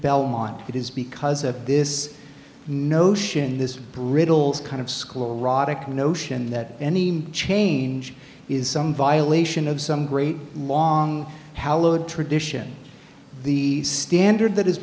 belmont it is because of this notion this brittle kind of school rhotic notion that any change is some violation of some great long hallowed tradition the standard that